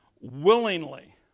willingly